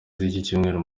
z’icyumweru